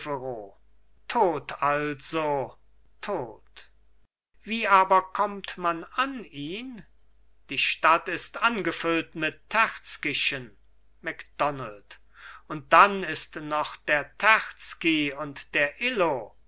tot also tot wie aber kommt man an ihn die stadt ist angefüllt mit terzkyschen macdonald und dann ist noch der terzky und der illo